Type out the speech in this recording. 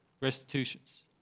Restitutions